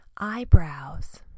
eyebrows